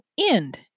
end